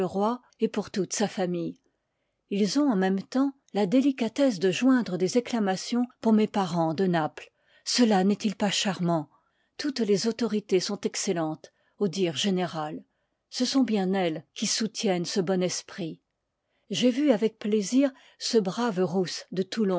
et pour toute sa famille ils ont en même temps la délicatesse de joindre des acclamations pour mes parens de naples cela n'est il pas charmant toutes les autorités sont excellentes au dire général ce sont bien elles qui soutiennent ce bon esprit j'ai vu avec plaisir ce brave rousse de toulon